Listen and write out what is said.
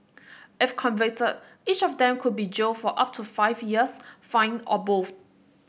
if convicted each of them could be jailed for up to five years fined or both